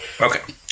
Okay